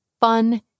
fun